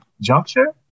juncture